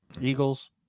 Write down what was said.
Eagles